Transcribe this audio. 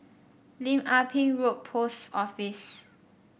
Lim Ah Pin Road Post Office